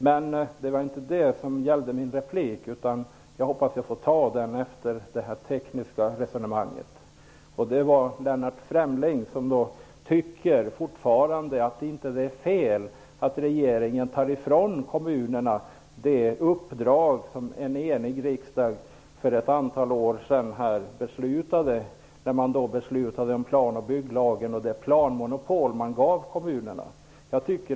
Min replik gäller att Lennart Fremling fortfarande tycker att det inte är fel att regeringen tar ifrån kommunerna det uppdrag som en enig riksdag för ett antal år sedan beslutade att ge dem, genom plan och bygglagen och planmonopolet.